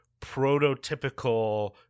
prototypical